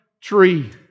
tree